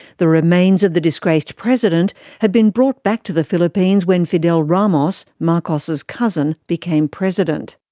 the remains of the disgraced president had been brought back to the philippines when fidel ramos, marcos's cousin, became president.